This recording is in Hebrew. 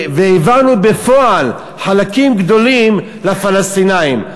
והעברנו בפועל חלקים גדולים לפלסטינים,